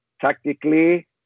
tactically